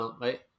right